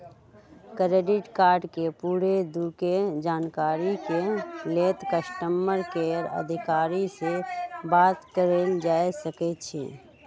credit card के पूरे दू के जानकारी के लेल कस्टमर केयर अधिकारी से बात कयल जा सकइ छइ